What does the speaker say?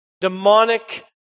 demonic